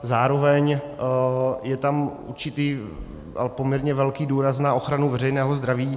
Zároveň je tam určitý, ale poměrně velký důraz na ochranu veřejného zdraví.